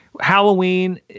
Halloween